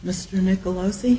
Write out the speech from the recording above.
mr nicholas see